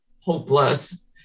hopeless